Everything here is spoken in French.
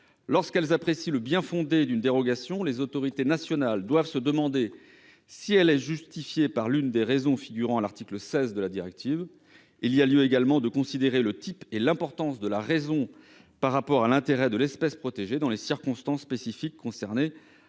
lorsqu'elles apprécient le bien-fondé d'une dérogation, les autorités nationales doivent se demander si elle est justifiée par l'une des raisons figurant à l'article 16 de la directive. Il y a lieu également de considérer le type et l'importance de la raison, par rapport à l'intérêt de l'espèce protégée dans les circonstances spécifiques concernées